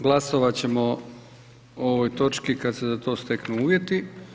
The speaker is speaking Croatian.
Glasovati ćemo o ovoj točci kada se za to steknu uvjeti.